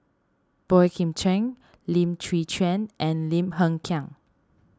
Boey Kim Cheng Lim Chwee Chian and Lim Hng Kiang